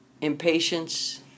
impatience